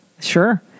Sure